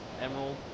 Emerald